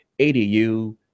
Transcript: ADU